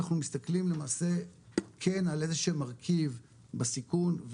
אנחנו מסתכלים למעשה על איזה שהוא מרכיב בסיכון,